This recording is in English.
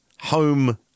home